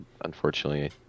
unfortunately